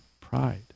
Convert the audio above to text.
pride